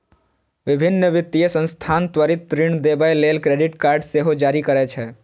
विभिन्न वित्तीय संस्थान त्वरित ऋण देबय लेल क्रेडिट कार्ड सेहो जारी करै छै